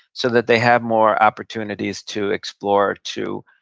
so that they have more opportunities to explore, to